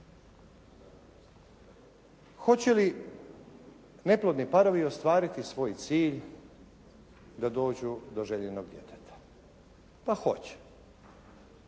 Hoće li neplodni parovi ostvariti svoj cilj da dođu do željenog djeteta? Pa hoće.